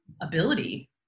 ability